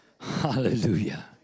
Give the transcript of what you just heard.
Hallelujah